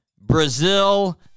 Brazil